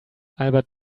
albert